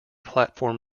platform